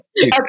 Okay